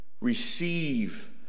receive